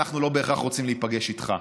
אנחנו לא בהכרח רוצים להיפגש איתך.